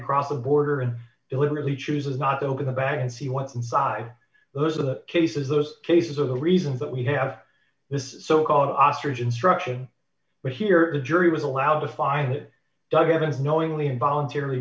cross the border and deliberately chooses not to look at the back and see what's inside those are the cases those cases are the reasons that we have this is so called ostrich instruction but here the jury was allowed to find it doug evans knowingly voluntar